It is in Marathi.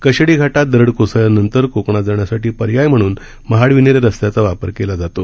कशेडी घाटात दरड कोसळल्यानंतर कोकणात जाण्यासाठी पर्याय म्हणून महाड विन्हेरे रस्त्याचा वापर केला जातो